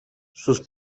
sus